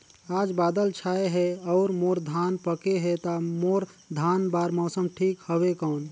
आज बादल छाय हे अउर मोर धान पके हे ता मोर धान बार मौसम ठीक हवय कौन?